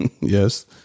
Yes